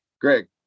Greg